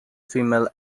female